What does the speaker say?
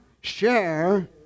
share